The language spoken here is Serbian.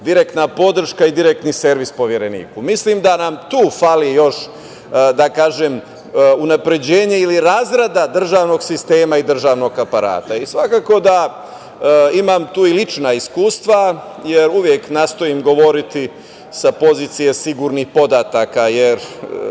direktna podrška i direktni servis Povereniku. Mislim da nam tu fali još unapređenje ili razrada državnog sistema i državnog aparata. Svakako da imam tu i lična iskustva, jer uvek nastojim govoriti sa pozicije sigurnih podataka.